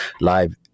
live